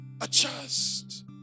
Adjust